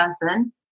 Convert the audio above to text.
person